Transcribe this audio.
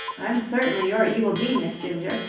i'm certainly your evil genius, ginger.